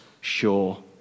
sure